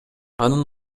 анын